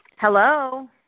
Hello